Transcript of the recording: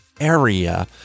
area